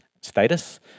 status